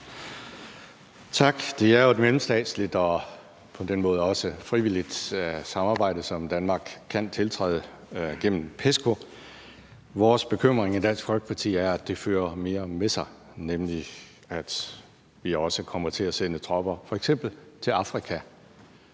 Tak. Det er jo et mellemstatsligt og på den måde også frivilligt samarbejde, som Danmark kan tiltræde gennem PESCO. Vores bekymring i Dansk Folkeparti er, at det fører mere med sig, nemlig at man også kommer til at sende tropper til f.eks. Afrika.